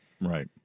Right